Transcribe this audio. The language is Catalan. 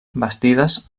bastides